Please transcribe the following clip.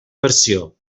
versió